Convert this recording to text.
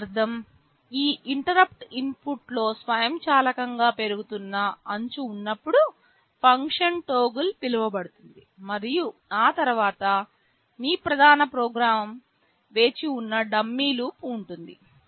దీని అర్థం ఆ ఇంటరుప్పుట్ ఇన్పుట్లో స్వయంచాలకంగా పెరుగుతున్న అంచు ఉన్నప్పుడు ఫంక్షన్ టోగుల్ పిలువబడుతుంది మరియు ఆ తర్వాత మీ ప్రధాన ప్రోగ్రామ్ వేచి ఉన్న డమ్మీ లూప్ ఉంటుంది